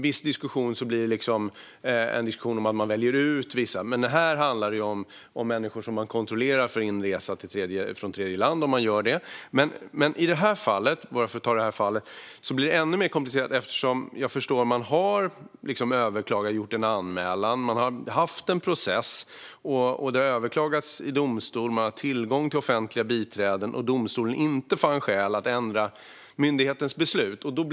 Det kan bli en diskussion om att man väljer ut vissa, men här handlar det om människor som man kontrollerar vid inresa från tredje land. I det här fallet blir det ännu mer komplicerat eftersom det vad jag förstår har överklagats och gjorts en anmälan. Man har haft en process. Det har överklagats i domstol, och man har haft tillgång till offentliga biträden. Domstolen fann inte skäl att ändra myndighetens beslut.